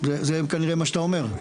זה כנראה מה שאתה אומר.